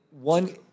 one